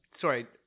Sorry